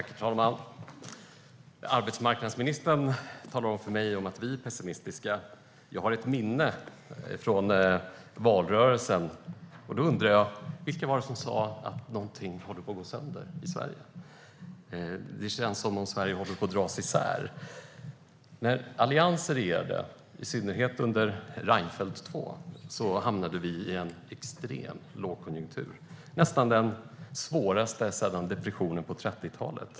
Herr talman! Arbetsmarknadsministern talar om för mig att vi är pessimistiska. Jag har ett minne från valrörelsen. Vilka var det som då sa att någonting håller på att gå sönder i Sverige och att det känns som om Sverige håller på att dras isär? När Alliansen regerade, i synnerhet under Reinfeldt 2, hamnade vi i en extrem lågkonjunktur - nästan den svåraste sedan depressionen på 30-talet.